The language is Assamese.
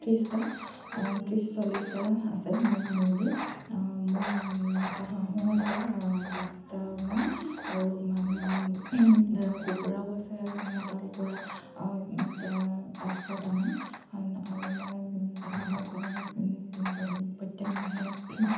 ত্ৰিছটা ত্ৰিছ চল্লিছটা আছে মোৰ মুৰ্গী মোৰ মতা হাঁহো আছে পাঁচটামান আৰু কুকুৰাও আছে মতা কুকুৰা পাঁচ ছটামান আৰু মই হাঁহৰ কণী প্ৰত্যেক মাহে